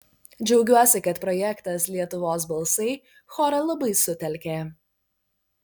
džiaugiuosi kad projektas lietuvos balsai chorą labai sutelkė